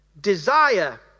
Desire